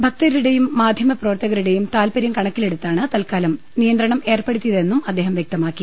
ഭക്തരുടേയും മാധ്യമ പ്രവർത്തകരുടേയും താല്പര്യം കണക്കിലെടുത്താണ് തൽക്കാലം നിയന്ത്രണം ഏർപ്പെടുത്തിയതെന്നും അദ്ദേഹം വ്യക്തമാക്കി